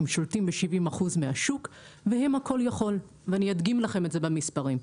הם שולטים ב-70% מהשוק והם הכול יכול ואני אדגים לכם את זה במספרים.